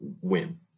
win